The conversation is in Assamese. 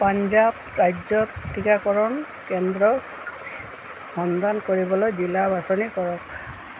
পঞ্জাৱ ৰাজ্যত টীকাকৰণ কেন্দ্ৰৰ সন্ধান কৰিবলৈ জিলা বাছনি কৰক